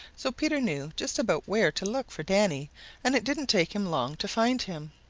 so peter knew just about where to look for danny and it didn't take him long to find him.